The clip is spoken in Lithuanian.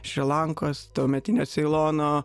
šri lankos tuometinio ceilono